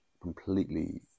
completely